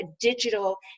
digital